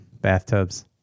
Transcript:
bathtubs